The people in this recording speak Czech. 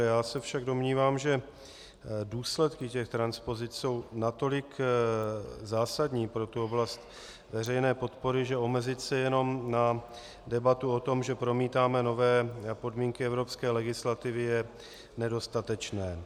Já se však domnívám, že důsledky těch transpozic jsou natolik zásadní pro oblast veřejné podpory, že omezit se jenom na debatu o tom, že promítáme nové podmínky evropské legislativy, je nedostatečné.